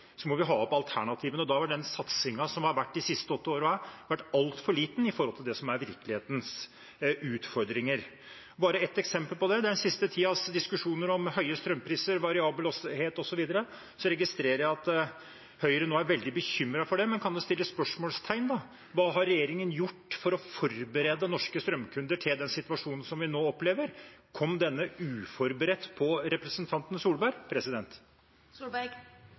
må vi ha opp alternativene, og da har satsingen de siste åtte årene vært altfor liten i forhold til virkelighetens utfordringer. Bare ett eksempel på det er den siste tidens diskusjoner om høye strømpriser, variabilitet osv. Så registrerer jeg at Høyre nå er veldig bekymret for det, men man kan jo stille spørsmål om hva den forrige regjeringen har gjort for å forberede norske strømkunder på den situasjonen som vi nå opplever. Kom den uforberedt på representanten Solberg?